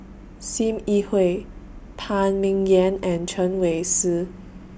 SIM Yi Hui Phan Ming Yen and Chen Wen Hsi